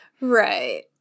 Right